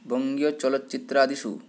बङ्गीयचलच्चित्रादिषु